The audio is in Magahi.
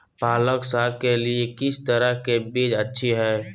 पालक साग के लिए किस तरह के बीज अच्छी है?